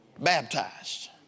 baptized